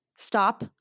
Stop